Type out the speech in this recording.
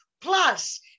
plus